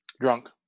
Drunk